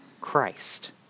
Christ